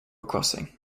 crossing